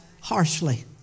harshly